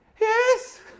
yes